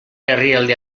herrialde